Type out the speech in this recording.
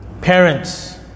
parents